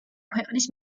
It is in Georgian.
ქვეყნის